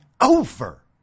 over